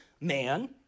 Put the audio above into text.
man